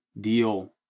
deal